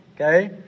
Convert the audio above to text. okay